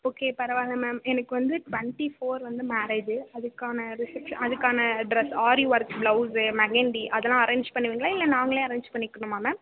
okay பரவாயில்லை ma'am எனக்கு வந்து ட்வெண்ட்டி ஃபோர் வந்து மேரேஜு அதற்கான ரிசப்ஷன் அதற்கான dress aari work blouse mehndi அதெல்லாம் அரேஞ்ச் பண்ணுவிங்களா இல்லை நாங்களே அரேஞ்ச் பண்ணிக்கணுமா மேம்